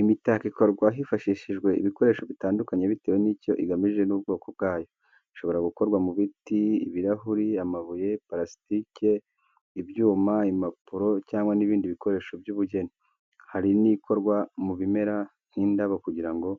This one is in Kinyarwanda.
Imitako ikorwa hifashishijwe ibikoresho bitandukanye bitewe n'icyo igamije n'ubwoko bwayo. Ishobora gukorwa mu biti, ibirahuri, amabuye, parasitike, ibyuma, impapuro, cyangwa ibindi bikoresho by'ubugeni. Hari nikorwa mu bimera nk’indabo kugira ngo